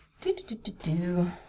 Do-do-do-do-do